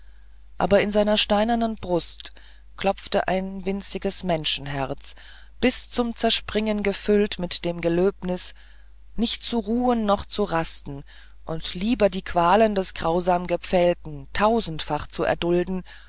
aber in seiner steinernen brust klopfte ein winziges menschenherz bis zum zerspringen gefüllt mit dem gelöbnis nicht zu ruhen noch zu rasten und lieber die qualen des grausam gepfählten tausendfach zu erdulden